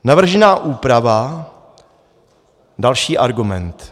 Navržená úprava další argument.